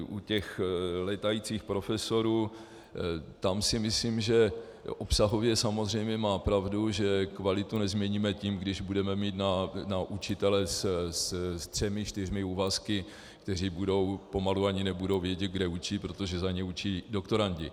U těch létajících profesorů, tam si myslím, že obsahově samozřejmě má pravdu, že kvalitu nezměníme tím, když budeme mít na učitele se třemi čtyřmi úvazky, kteří pomalu ani nebudou vědět, kde učí, protože za ně učí doktorandi.